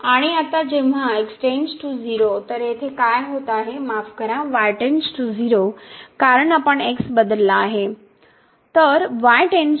आणि आता जेव्हा x → 0 तर येथे काय होत आहे माफ करा y → 0 कारण आपण x बदलला आहे